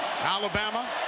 Alabama